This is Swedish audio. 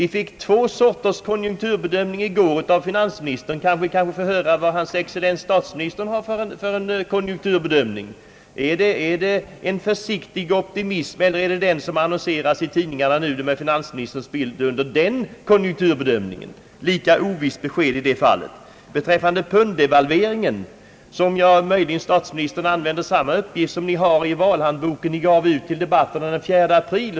Vi fick två sorters konjunkturbedömning i går av finansministern. Kanske vi kan få höra vad hans excellens statsministern har för en konjunkturbedömning? Är det en »försiktig optimism» eller är det den som annonseras i tidningarna nu med finansministerns bild? Beskedet är lika oklart i det fallet. Beträffande punddevalveringen använder statsministern möjligen samma uppgifter som ni har i den valhandbok, som ni gav ut till debatterna den 4 april.